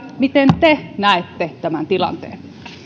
miten te näette tämän tilanteen